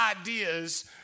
ideas